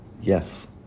Yes